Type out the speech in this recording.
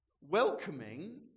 Welcoming